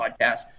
podcast